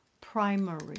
primary